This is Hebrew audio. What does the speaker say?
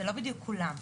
זה לא בדיוק כולם.